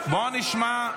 בואו נשמע.